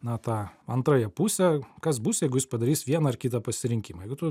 na tą antrąją pusę kas bus jeigu jis padarys vieną ar kitą pasirinkimą jeigu tu